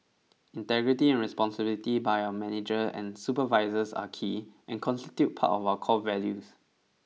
integrity and responsibility by our manager and supervisors are key and constitute part of our core values